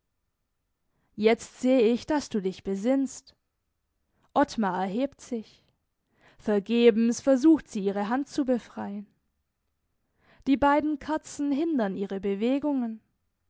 jetzt seh ich daß du dich besinnst ottmar erhebt sich vergebens versucht sie ihre hand zu befreien die beiden kerzen hindern ihre bewegungen